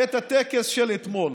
את הטקס של אתמול,